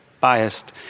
biased